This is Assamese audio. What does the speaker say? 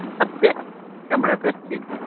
ইয়াত বেক কেমেৰা বেককীক